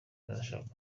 arashaka